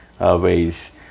ways